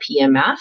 PMF